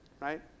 right